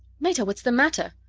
meta, what's the matter?